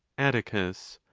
atticus.